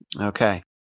Okay